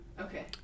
Okay